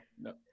no